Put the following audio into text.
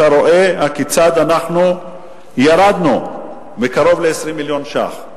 אתה רואה כיצד אנחנו ירדנו מקרוב ל-20 מיליון שקלים,